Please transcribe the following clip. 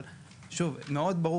אבל שוב זה מאוד ברור.